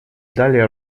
далее